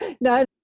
No